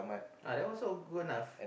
Uh that one also good enough